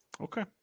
Okay